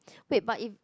wait but if